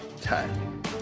time